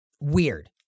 weird